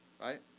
right